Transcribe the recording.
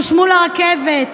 חשמול הרכבת,